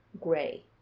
gray